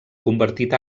convertit